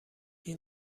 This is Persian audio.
این